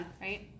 Right